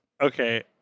Okay